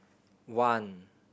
one